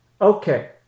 Okay